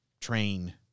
train